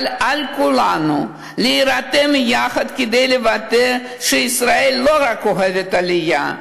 אבל על כולנו להירתם יחד כדי לוודא שישראל לא רק אוהבת עלייה,